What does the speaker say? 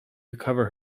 recover